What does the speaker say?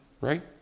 right